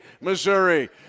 Missouri